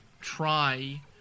try